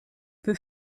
peu